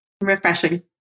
Refreshing